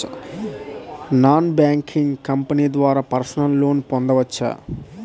Non banking company ద్వారా personal loan పొందవచ్చా?